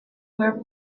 were